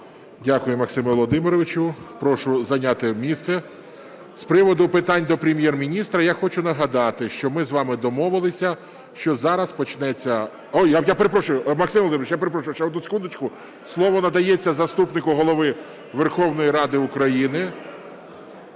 Дякую, Максиме Володимировичу. Прошу зайняти місце. З приводу питань до Прем’єр-міністра я хочу нагадати, що ми з вами домовилися, що зараз почнеться… Я перепрошую, Максим Володимирович, я перепрошую, ще одну секундочку. Слово надається заступнику Голови Верховної Ради України